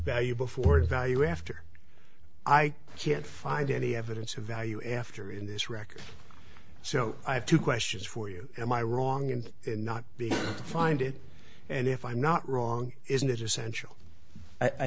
value before to value after i can't find any evidence of value after in this record so i have two questions for you am i wrong and not be find it and if i'm not wrong isn't it essential i